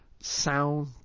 sound